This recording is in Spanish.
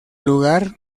lugar